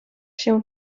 się